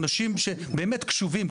אנשים שבאמת קשובים,